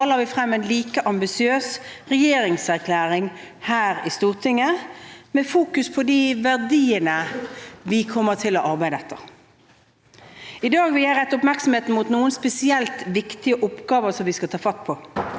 la vi frem en like ambisiøs regjeringserklæring her i Stortinget med fokus på de verdiene vi kommer til å arbeide etter. I dag vil jeg rette oppmerksomheten mot noen spesielt viktige oppgaver som vi skal ta fatt på: